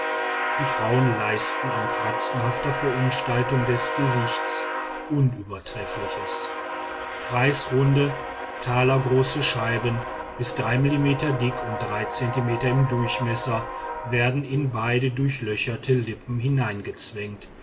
die frauen leisten an fratzenhafter verunstaltung des gesichts unübertreffliches kreisrunde talergroße scheiben bis drei millimeter dick und drei zentimeter im durchmesser werden in beide durchlöcherte lippen